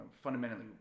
fundamentally